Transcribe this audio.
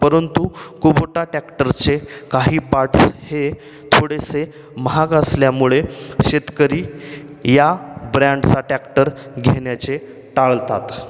परंतु कुबोटा टॅक्टरचे काही पार्टस् हे थोडेसे महाग असल्यामुळे शेतकरी या ब्रँडचा टॅक्टर घेण्याचे टाळतात